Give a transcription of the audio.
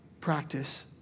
practice